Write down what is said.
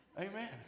Amen